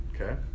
okay